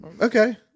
Okay